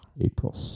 april